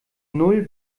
null